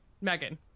Megan